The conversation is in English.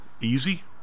Easy